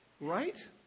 right